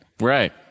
Right